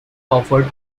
offered